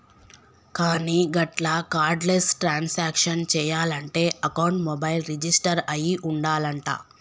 కానీ గట్ల cardless transaction చేయాలంటే అకౌంట్ మొబైల్ రిజిస్టర్ అయి ఉండాలంట